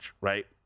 right